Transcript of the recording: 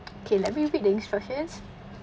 okay let me read the instructions